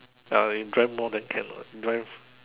ya when you drive more then can lor drive